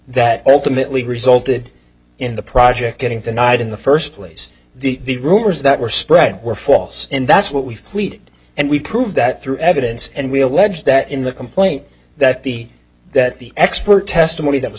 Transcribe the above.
that ultimately resulted in the project getting tonight in the first place the rumors that were spread were false and that's what we've pleaded and we prove that through evidence and we allege that in the complaint that the that the expert testimony that was